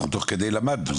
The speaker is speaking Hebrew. אנחנו תוך כדי למדנו,